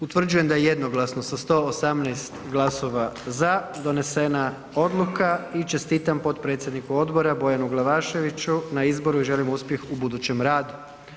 Utvrđujem da je jednoglasno sa 118 glasova za donesena odluka i čestitam potpredsjedniku odbora Bojanu Glavaševiću na izboru i želim mu uspjeh u budućem radu.